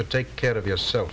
could take care of yourself